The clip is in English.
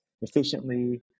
efficiently